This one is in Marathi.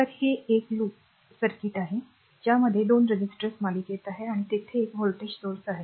तर हे एक लूप सर्किट आहे ज्यामध्ये 2 रेसिस्टर्स मालिकेत आहेत आणि तेथे एक व्होल्टेज स्त्रोत आहे